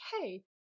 Hey